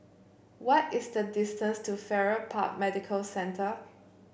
why is the distance to Farrer Park Medical Centre